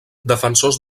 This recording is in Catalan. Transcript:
defensors